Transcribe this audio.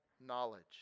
knowledge